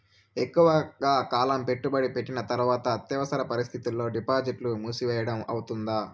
ఎక్కువగా కాలం పెట్టుబడి పెట్టిన తర్వాత అత్యవసర పరిస్థితుల్లో డిపాజిట్లు మూసివేయడం అవుతుందా?